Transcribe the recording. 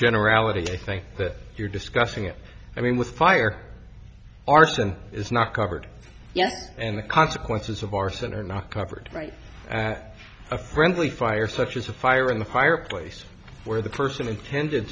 generality i think that you're discussing it i mean with fire arson is not covered yes and the consequences of arson are not covered right at a friendly fire such as a fire in the fireplace where the person intended